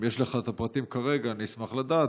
אם יש לך את הפרטים כרגע, אשמח לדעת.